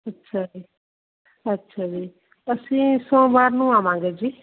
ਅੱਛਾ ਜੀ ਅੱਛਾ ਜੀ ਅਸੀਂ ਸੋਮਵਾਰ ਨੂੰ ਆਵਾਂਗੇ ਜੀ